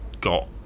got